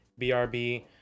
BRB